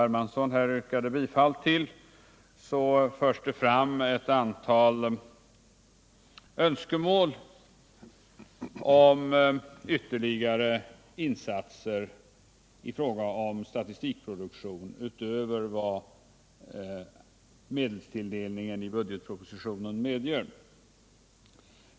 Hermansson yrkat bifall till, förs fram ett antal önskemål om ytterligare insatser i fråga om statistikproduktion utöver vad medelstilldelningen i budgetpropositionen medger.